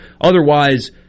Otherwise